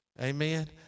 amen